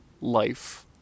life